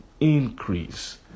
increase